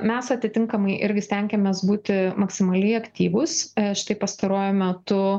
mes atitinkamai irgi stengiamės būti maksimaliai aktyvūs štai pastaruoju metu